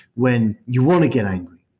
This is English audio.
when you want to get angry.